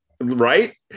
Right